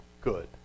good